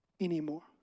anymore